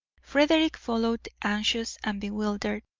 frederick followed, anxious and bewildered,